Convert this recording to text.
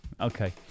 okay